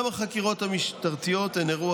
גם החקירות המשטרתיות הן אירוע